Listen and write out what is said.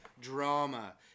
drama